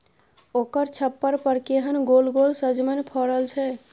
ओकर छप्पर पर केहन गोल गोल सजमनि फड़ल छै